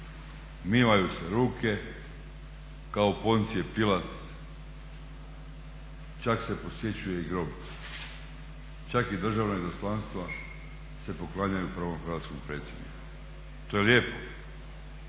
Umivaju se ruke kao Poncije Pilat, čak se posjećuje i grob, čak i državna izaslanstva se poklanjaju prvom hrvatskom predsjedniku. To je lijepo,